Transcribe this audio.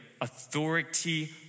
authority